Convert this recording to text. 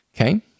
Okay